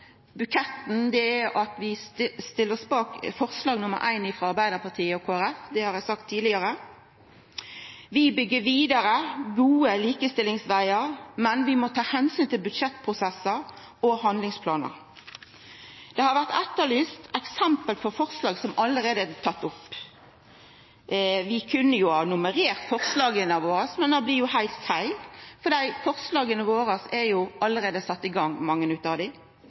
det er at vi stiller oss bak forslag nr. 1, frå Arbeidarpartiet og Kristeleg Folkeparti. Det har eg sagt tidlegare. Vi byggjer vidare gode likestillingsvegar, men vi må ta omsyn til budsjettprosessar og handlingsplanar. Det har vore etterlyst eksempel på forslag som allereie er tatt opp. Vi kunne jo ha nummerert forslaga våre, men det blir heilt feil fordi mange av forslaga våre allereie er sette i verk. Men eg skal likevel ta med nokre av dei